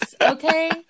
okay